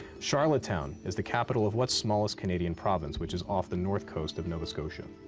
charlottetown is the capital of what smallest canadian province which is off the north coast of nova scotia?